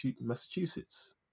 Massachusetts